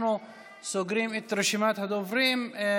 אנחנו סוגרים את רשימת הדוברים.